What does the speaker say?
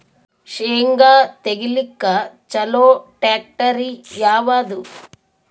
ಶೇಂಗಾ ತೆಗಿಲಿಕ್ಕ ಚಲೋ ಟ್ಯಾಕ್ಟರಿ ಯಾವಾದು?